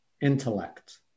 intellect